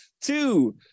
two